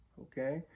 Okay